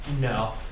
no